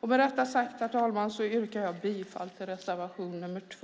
Med detta sagt, herr talman, yrkar jag bifall till reservation 2.